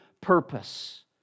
purpose